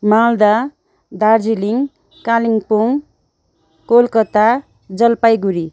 Malda Darjeeling Kalimpong Calcutta Jalpaiguri